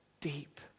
deep